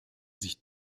sich